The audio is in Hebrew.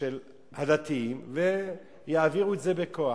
של הדתיים, ויעבירו את זה בכוח.